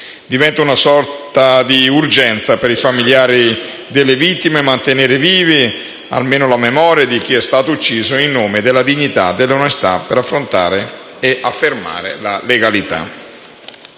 Diventa una sorta di "urgenza'", per i familiari delle vittime, mantenere viva almeno la memoria di chi è stato ucciso in nome della dignità, dell'onestà e per affermare la legalità.